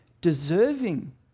deserving